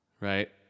Right